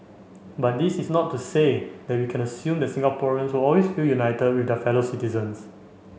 but this is not to say that we can assume that Singaporeans will always feel united with their fellow citizens